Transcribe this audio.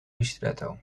ristretto